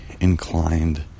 inclined